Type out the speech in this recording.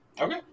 Okay